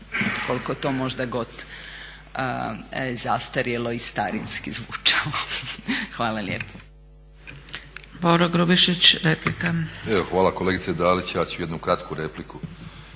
koliko to možda god zastarjelo i starinski zvučalo. Hvala lijepo.